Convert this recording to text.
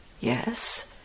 yes